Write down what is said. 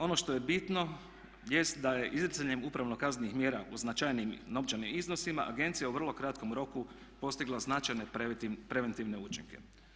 Ono što je bitno jest da je izricanjem upravno-kaznenih mjera u značajnijim novčanim iznosima agencija u vrlo kratkom roku postigla značajne preventivne učinke.